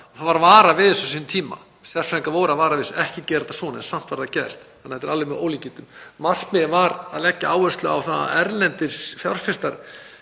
Það var varað við þessu á sínum tíma. Sérfræðingar voru að vara við þessu: Ekki gera þetta svona. Samt var það gert, þannig að þetta er alveg með ólíkindum. Markmiðið var að leggja áherslu á að erlendir fjárfestar